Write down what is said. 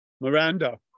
Miranda